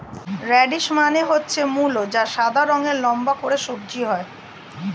radish মানে হচ্ছে মূলো যা সাদা রঙের লম্বা করে সবজি হয়